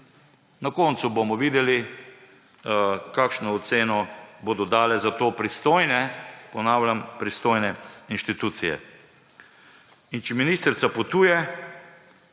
Na koncu bomo videli, kakšno oceno bodo dale za to pristojne, ponavljam, pristojne institucije. Če ministrica potuje